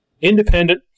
independent